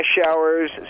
showers